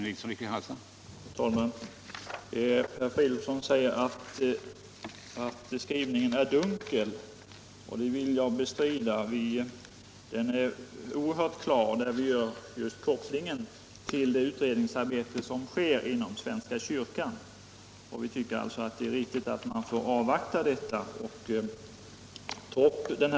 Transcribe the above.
Herr talman! Herr Fridolfsson säger att skrivningen är dunkel. Det vill jag bestrida. Den är oerhört klar när vi gör kopplingen till den utredning som sker inom svenska kyrkan. Vi tycker det är riktigt att man avvaktar den utredningen.